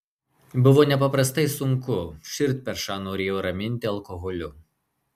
buvo nepaprastai sunku širdperšą norėjo raminti alkoholiu